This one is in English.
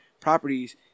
properties